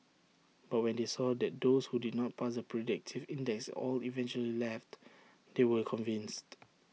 but when they saw that those who did not pass the predictive index all eventually left they were convinced